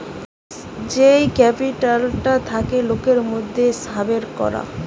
যেই ক্যাপিটালটা থাকে লোকের মধ্যে সাবের করা